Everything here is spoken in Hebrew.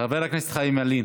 חבר הכנסת חיים ילין,